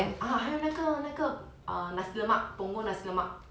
ah 还有那个那个 nasi lemak punggol nasi lemak